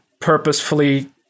purposefully